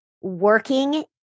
working